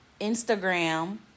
Instagram